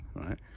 right